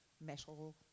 metal